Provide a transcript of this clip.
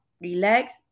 relax